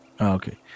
Okay